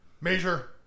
Major